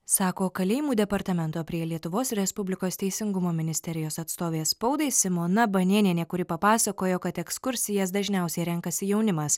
sako kalėjimų departamento prie lietuvos respublikos teisingumo ministerijos atstovė spaudai simona banėnienė kuri papasakojo kad ekskursijas dažniausiai renkasi jaunimas